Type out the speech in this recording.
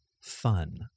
fun